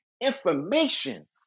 information